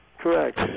Correct